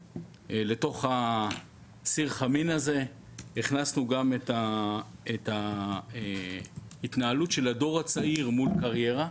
לתוך סיר החמין הזה הכנסנו גם את ההתנהלות של הדור הצעיר מול קריירה,